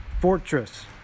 fortress